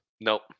Nope